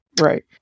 Right